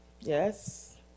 Yes